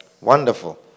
Wonderful